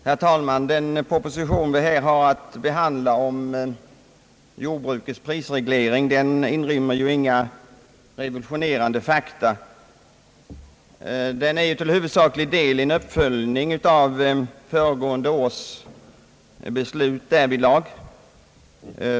Herr talman! Den proposition om jordbrukets prisreglering som vi nu har att behandla inrymmer inga revolutionerande fakta — den innebär till huvudsaklig del en uppföljning av föregående års beslut.